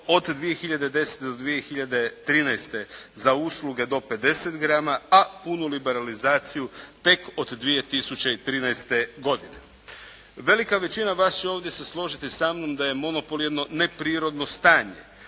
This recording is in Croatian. od 2010. do 2013. za usluge do 50 grama, a punu liberalizaciju tek od 2013. godine. Velika većina vas će ovdje se složiti sa mnom da je monopol jedno neprirodno stanje.